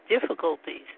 difficulties